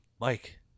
Mike